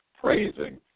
praising